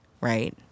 right